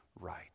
right